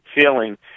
feeling